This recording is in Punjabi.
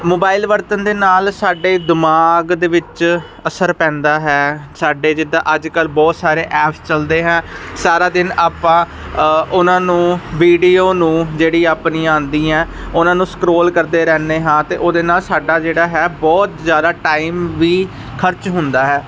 ਮੋਬਾਇਲ ਵਰਤਣ ਦੇ ਨਾਲ ਸਾਡੇ ਦਿਮਾਗ ਦੇ ਵਿੱਚ ਅਸਰ ਪੈਂਦਾ ਹੈ ਸਾਡੇ ਜਿਦਾਂ ਅੱਜ ਕੱਲ ਬਹੁਤ ਸਾਰੇ ਐਪਸ ਚੱਲਦੇ ਹੈ ਸਾਰਾ ਦਿਨ ਆਪਾਂ ਉਹਨਾਂ ਨੂੰ ਵੀਡੀਓ ਨੂੰ ਜਿਹੜੀ ਆਪਣੀ ਆਉਂਦੀਆਂ ਉਹਨਾਂ ਨੂੰ ਸਕਰੋਲ ਕਰਦੇ ਰਹਿਦੇ ਹਾਂ ਤੇ ਉਹਦੇ ਨਾਲ ਸਾਡਾ ਜਿਹੜਾ ਹੈ ਬਹੁਤ ਜਿਆਦਾ ਟਾਈਮ ਵੀ ਖਰਚ ਹੁੰਦਾ ਹੈ